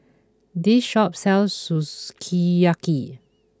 this shop sells Sukiyaki